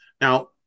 Now